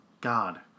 God